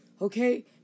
okay